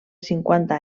cinquanta